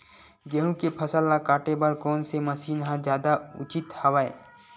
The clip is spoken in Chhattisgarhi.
गेहूं के फसल ल काटे बर कोन से मशीन ह जादा उचित हवय?